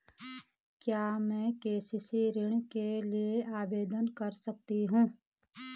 क्या मैं के.सी.सी ऋण के लिए आवेदन कर सकता हूँ?